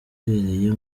wabereye